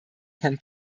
can